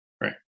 Right